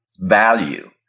value